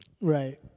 Right